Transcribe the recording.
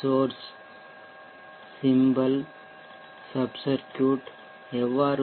source சிம்பல்சின்னம் sub circuit எவ்வாறு